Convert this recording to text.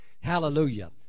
Hallelujah